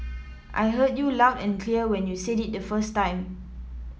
I heard you loud and clear when you said it the first time